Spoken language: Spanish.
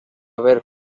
ver